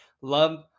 Love